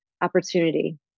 opportunity